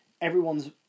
everyone's